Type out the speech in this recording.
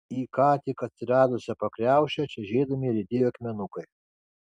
į ką tik atsiradusią pakriaušę čežėdami riedėjo akmenukai